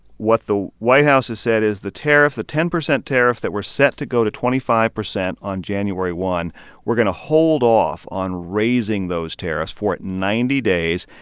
what the white house has said is the tariff the ten percent tariffs that were set to go to twenty five percent on january one we're going to hold off on raising those tariffs for ninety days.